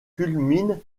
culmine